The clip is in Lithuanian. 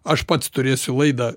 aš pats turėsiu laidą